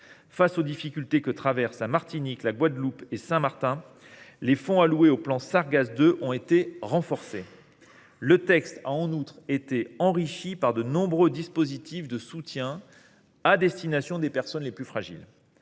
Face aux difficultés que traversent la Martinique, la Guadeloupe et Saint Marin, les fonds alloués au plan Sargasses II ont été renforcés. Le texte a, en outre, été enrichi par de nombreux dispositifs de soutien à destination des personnes les plus fragiles.